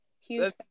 Huge